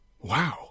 Wow